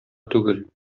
түгел